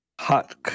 hot